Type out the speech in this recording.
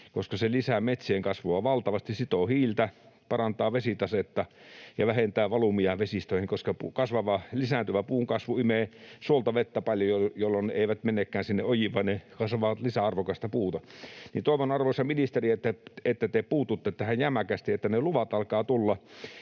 koska se lisää metsien kasvua valtavasti, sitoo hiiltä, parantaa vesitasetta ja vähentää valumia vesistöihin, koska lisääntyvä puun kasvu imee suolta vettä paljon, jolloin ne eivät menekään sinne ojiin, vaan suot kasvavat lisää arvokasta puuta. Toivon, arvoisa ministeri, että te puututte tähän jämäkästi, että ne luvat alkavat tulla.